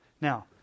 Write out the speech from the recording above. now